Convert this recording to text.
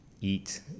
eat